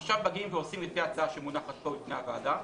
עכשיו מגיעים ועושים לפי ההצעה שמונחת פה בפני הוועדה,